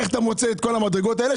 איך אתה מוצא את כל המדרגות האלה,